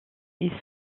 ils